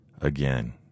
again